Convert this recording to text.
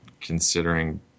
considering